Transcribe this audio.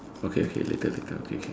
okay okay later later okay okay